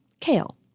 kale